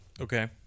Okay